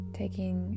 taking